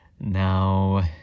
Now